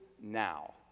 now